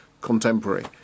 contemporary